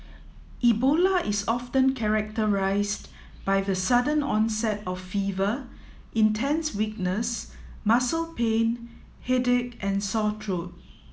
Ebola is often characterised by the sudden onset of fever intense weakness muscle pain headache and sore throat